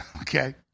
okay